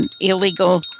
illegal